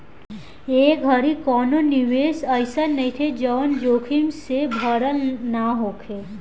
ए घड़ी कवनो निवेश अइसन नइखे जवन जोखिम से भरल ना होखे